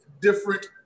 different